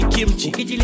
Kimchi